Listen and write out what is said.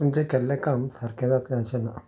खंयचेंय केल्लें काम सारकें जातलें अशें ना